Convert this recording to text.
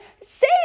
say